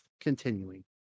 Continuing